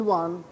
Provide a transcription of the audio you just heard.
one